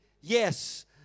yes